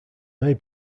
may